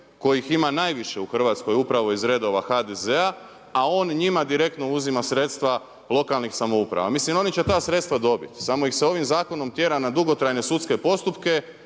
kojih ima najviše u Hrvatskoj upravo iz redova HDZ-a a on njima direktno uzima sredstva lokalnih samouprava. Mislim oni će ta sredstva dobiti samo ih se ovim zakonom tjera na dugotrajne sudske postupke